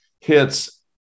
hits